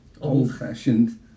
old-fashioned